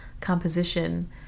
Composition